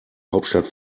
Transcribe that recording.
hauptstadt